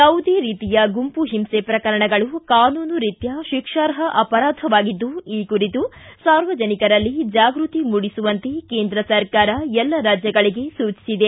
ಯಾವುದೇ ರೀತಿಯ ಗುಂಪು ಹಿಂಸೆ ಪ್ರಕರಣಗಳು ಕಾನೂನು ರಿತ್ವಾ ಶಿಕ್ಷಾರ್ಹ ಅಪರಾಧವಾಗಿದ್ದು ಈ ಕುರಿತು ಸಾರ್ವಜನಿಕರಲ್ಲಿ ಜಾಗೃತಿ ಮೂಡಿಸುವಂತೆ ಕೇಂದ್ರ ಸರ್ಕಾರ ಎಲ್ಲ ರಾಜ್ಯಗಳಿಗೆ ಸೂಚಿಸಿದೆ